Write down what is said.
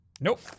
Nope